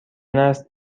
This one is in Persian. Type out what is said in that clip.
است